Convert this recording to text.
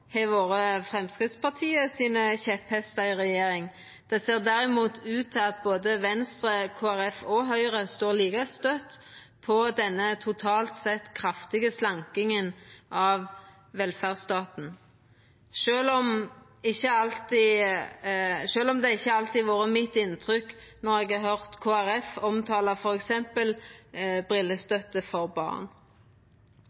har vore Framstegspartiet sine kjepphestar i regjering. Det ser derimot ut til at Venstre, Kristeleg Folkeparti og Høgre står like støtt på denne totalt sett kraftige slankinga av velferdsstaten, sjølv om det ikkje alltid har vore mitt inntrykk når eg har høyrt Kristeleg Folkeparti omtala